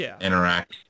interact